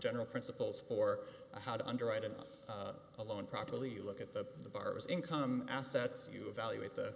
general principles for how to underwrite about a loan properly you look at the bars income assets you evaluate the